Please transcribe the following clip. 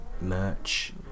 merch